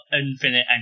infinite